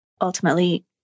ultimately